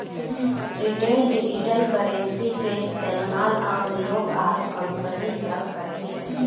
retail digital currency के इस्तेमाल आम लोग आरू कंपनी सब करै छै